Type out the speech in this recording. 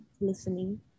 listening